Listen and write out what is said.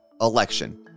election